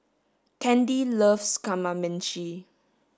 Candi loves kamameshi